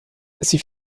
sie